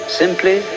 simply